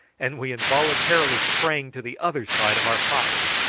and we involuntarily sprang to the other side of our fire.